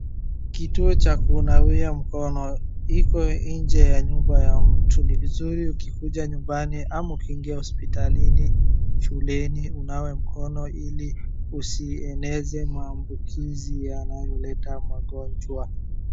Kituo cha kunawia mkono, Iko nje ya nyumba ya mtu. Ni vizuri ukikuja nyumbani ama ukiingia hospitalini, shuleni unawe mkono ili usienenze maaambukizi yanayoleta magonjwa.